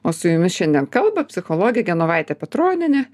o su jumis šiandien kalba psichologė genovaitė petronienė